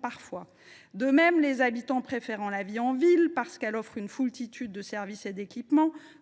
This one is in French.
parfois dérangeante. De même, les habitants préférant la vie en ville, parce qu’elle offre une foultitude de services et d’équipements,